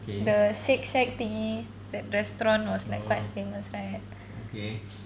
the shake shack thingy that restaurant was like quite famous right